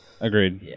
Agreed